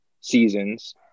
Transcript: seasons